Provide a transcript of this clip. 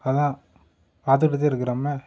அதான் பார்த்துக்கிட்டு தான் இருக்கிறமே